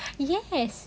yes